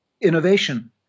innovation